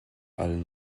allen